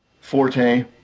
Forte